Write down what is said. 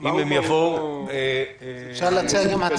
הנתונים שם מדאיגים ביותר.